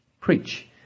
Preach